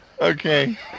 Okay